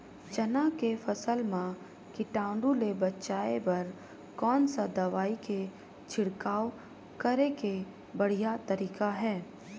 चाना के फसल मा कीटाणु ले बचाय बर कोन सा दवाई के छिड़काव करे के बढ़िया तरीका हे?